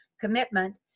commitment